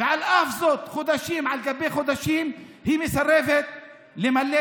ועל אף זאת חודשים על גבי חודשים היא מסרבת למלא